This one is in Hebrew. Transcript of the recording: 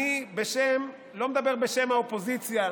אני לא מדבר בשם האופוזיציה,